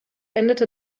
endete